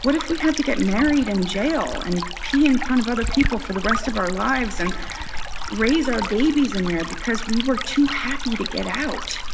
what if we had to get married in and jail and pee in front of other people for the rest of our lives and raise our babies in there because we were too happy to get out?